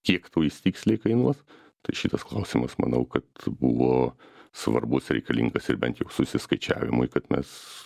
kiek tau jis tiksliai kainuos tai šitas klausimas manau kad buvo svarbus reikalingas ir bent jau susiskaičiavimui kad mes